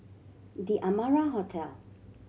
The Amara Hotel